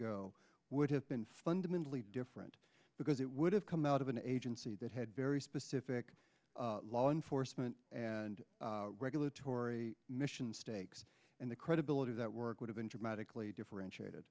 go would have been fundamentally different because it would have come out of an agency that had very specific law enforcement and regulatory mission stakes and the credibility of that work would have been dramatically differentiated